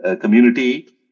community